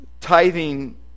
tithing